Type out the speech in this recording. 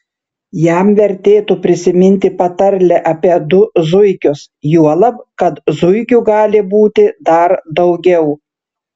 jam vertėtų prisiminti patarlę apie du zuikius juolab kad zuikių gali būti dar daugiau